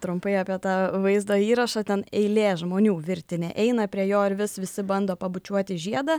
trumpai apie tą vaizdo įrašą ten eilė žmonių virtinė eina prie jo ir vis visi bando pabučiuoti žiedą